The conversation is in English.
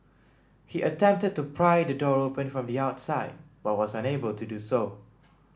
he attempted to pry the door open from the outside but was unable to do so